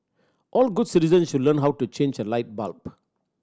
all good citizens should learn how to change a light bulb